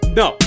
no